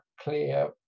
clear